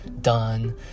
done